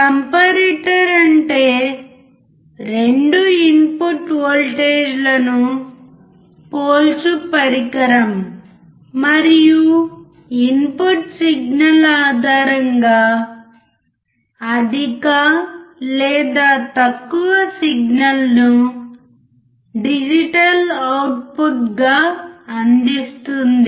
comparator అంటే 2 input వోల్టేజ్ను పోల్చు పరికరం మరియు ఇన్పుట్ సిగ్నల్ ఆధారంగా అధిక లేదా తక్కువ సిగ్నల్ను డిజిటల్ అవుట్పుట్ గా అందిస్తుంది